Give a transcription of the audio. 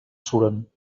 suren